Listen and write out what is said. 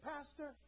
Pastor